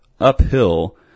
uphill